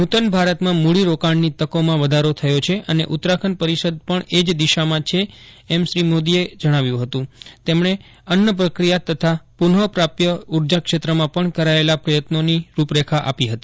નૂતન ભારતમાં મૂડી રોકાણની તકોમાં વધારો થયો છે અને ઉત્તરાખંડ પરિષદમાં પણ એ જ દિામાં છે શ્રી મોદીએ અન્નપ્રક્રિયા તથા પુનઃ પ્રાપ્ય ઉર્જા ક્ષેત્રમાં પણ કરાયેલા પ્રયત્નોની રૂપરેખા આપી હતી